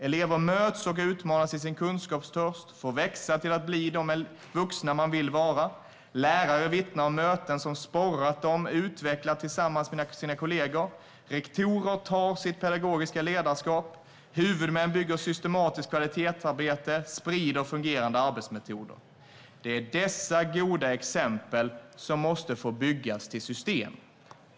Elever möts och utmanas i sin kunskapstörst, får växa till att bli de vuxna de vill vara. Lärare vittnar om möten som sporrat dem och utvecklat dem tillsammans med sina kollegor. Rektorer tar sitt pedagogiska ledarskap. Huvudmän bygger systematiskt kvalitetsarbete och sprider fungerande arbetsmetoder. Det är dessa goda exempel som måste få byggas till system.